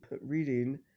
reading